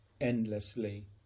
endlessly